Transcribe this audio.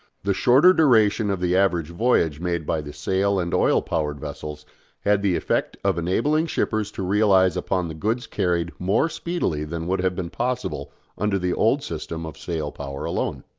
the shorter duration of the average voyage made by the sail-and-oil power vessels had the effect of enabling shippers to realise upon the goods carried more speedily than would have been possible under the old system of sail-power alone.